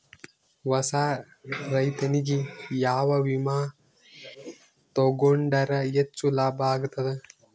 ಹೊಸಾ ರೈತನಿಗೆ ಯಾವ ವಿಮಾ ತೊಗೊಂಡರ ಹೆಚ್ಚು ಲಾಭ ಆಗತದ?